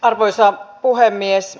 arvoisa puhemies